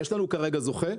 יש לנו כרגע זוכה.